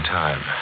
time